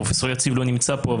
פרופ' יציב לא נמצא פה,